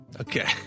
Okay